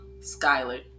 Skyler